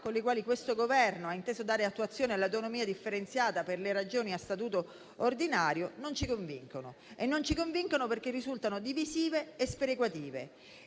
con le quali questo Governo ha inteso dare attuazione all'autonomia differenziata per le Regioni a Statuto ordinario non ci convincono. Non ci convincono perché risultano divisive e sperequative